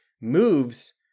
moves